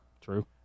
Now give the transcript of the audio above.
True